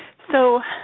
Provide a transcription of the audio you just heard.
so